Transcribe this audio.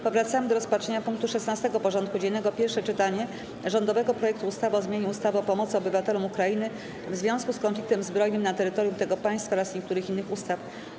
Powracamy do rozpatrzenia punktu 16. porządku dziennego: Pierwsze czytanie rządowego projektu ustawy o zmianie ustawy o pomocy obywatelom Ukrainy w związku z konfliktem zbrojnym na terytorium tego państwa oraz niektórych innych ustaw.